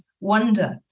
wonder